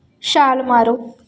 ਛਾਲ ਮਾਰੋ